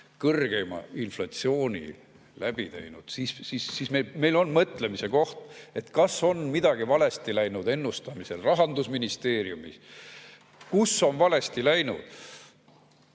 kõrgeima inflatsiooni läbi teinud. Meil on mõtlemise koht, kas on midagi valesti läinud ennustamisel Rahandusministeeriumis. Kus on valesti läinud?